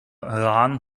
rahn